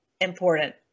important